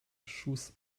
shoes